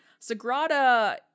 sagrada